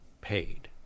paid